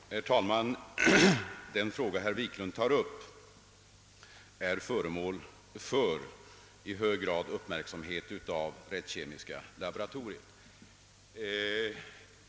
Herr talman! Den fråga herr Wiklund tar upp är i hög grad föremål för uppmärksamhet av rättskemiska laboratoriet.